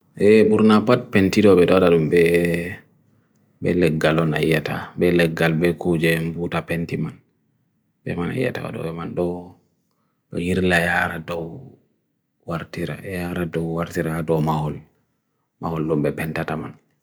E burna pad pentiro bedo adarumbe, be leg galo naiyata, be leg gal be ku jem buta pentiman, be man naiyata adaruman, do irla yaar ado warthira, yaar ado warthira ado mahol, mahol lumbe bentata man.